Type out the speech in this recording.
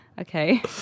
okay